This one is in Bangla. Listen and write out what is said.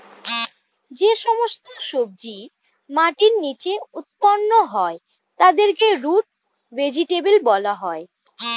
যে সমস্ত সবজি মাটির নিচে উৎপন্ন হয় তাদেরকে রুট ভেজিটেবল বলা হয়